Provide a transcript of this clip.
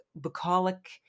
bucolic